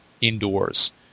indoors